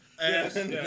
Yes